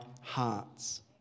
hearts